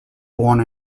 born